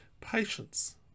patience